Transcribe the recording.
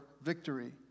victory